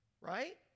right